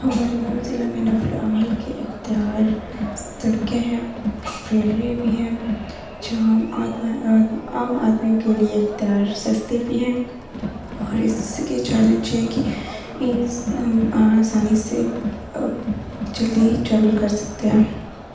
ہمارے مئو ضلع میں نقل و حمل کے اختیار سڑکیں ہیں ویلوے بھی ہے جہاں عام آدمیوں کے لیے اختیار سستے بھی ہیں اور اس کے چیلنج یہ ہیں کہ ہم آسانی سے جلدی ٹریول کر سکتے ہیں